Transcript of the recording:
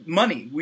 money